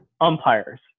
umpires